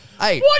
Hey